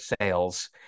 sales